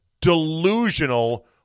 delusional